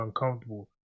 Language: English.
uncomfortable